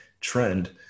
trend